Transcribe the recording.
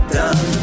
done